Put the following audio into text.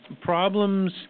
problems